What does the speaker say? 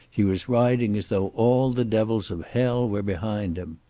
he was riding as though all the devils of hell were behind him.